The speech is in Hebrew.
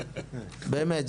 באמת,